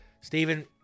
Stephen